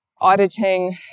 auditing